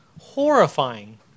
horrifying